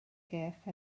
gyrff